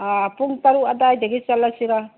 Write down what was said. ꯄꯨꯡ ꯇꯔꯨꯛ ꯑꯗꯥꯏꯗꯒꯤ ꯆꯠꯂꯁꯤꯔꯥ